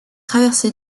traversé